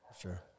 Sure